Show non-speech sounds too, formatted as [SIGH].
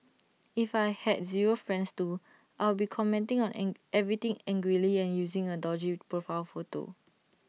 if I had zero friends too I'll be commenting on [HESITATION] everything angrily and using an dodgy profile photo